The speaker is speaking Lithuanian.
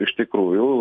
iš tikrųjų